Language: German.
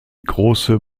große